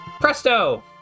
Presto